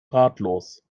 ratlos